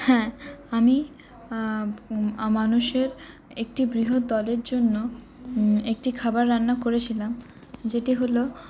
হ্যাঁ আমি মানুষের একটি বৃহৎ দলের জন্য একটি খাবার রান্না করেছিলাম যেটি হল